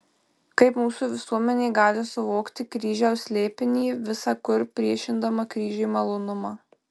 kaip mūsų visuomenė gali suvokti kryžiaus slėpinį visa kur priešindama kryžiui malonumą